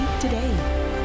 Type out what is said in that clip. today